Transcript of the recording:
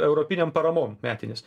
europinėm paramom metinis